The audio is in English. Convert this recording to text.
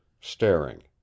staring